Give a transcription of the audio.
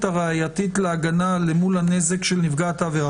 הראייתית להגנה למול הנזק של נפגעת העבירה.